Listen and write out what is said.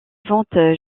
ventes